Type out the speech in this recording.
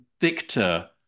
Victor